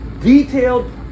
detailed